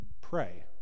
pray